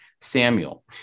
Samuel